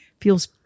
feels